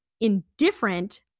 indifferent